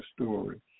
story